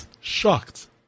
Shocked